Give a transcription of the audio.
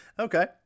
Okay